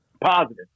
Positive